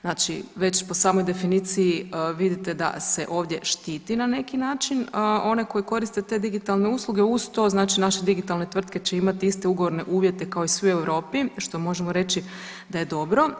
Znači, već po samoj definiciji vidite da se ovdje štiti na neki način one koji koriste te digitalne usluge, uz to znači naše digitalne tvrtke će imati iste ugovorne uvjete kao i svi u Europi što možemo reći da je dobro.